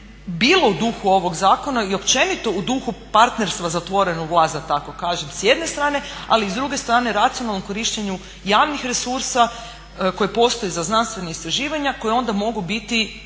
bilo u duhu ovog zakona i općenito u duhu partnerstva za otvorenu vlast da tako kažem s jedne strane, ali i s druge strane racionalnom korištenju javnih resursa koji postoje za znanstvena istraživanja koje onda mogu biti